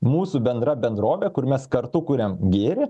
mūsų bendra bendrovė kur mes kartu kuriam gėrį